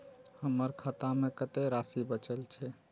हमर खाता में कतेक राशि बचल छे?